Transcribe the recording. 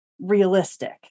realistic